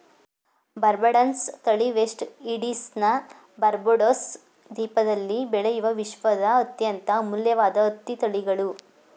ಬಾರ್ಬಡನ್ಸ್ ತಳಿ ವೆಸ್ಟ್ ಇಂಡೀಸ್ನ ಬಾರ್ಬಡೋಸ್ ದ್ವೀಪದಲ್ಲಿ ಬೆಳೆಯುವ ವಿಶ್ವದ ಅತ್ಯಂತ ಅಮೂಲ್ಯವಾದ ಹತ್ತಿ ತಳಿಗಳು